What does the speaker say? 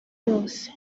yose